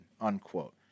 unquote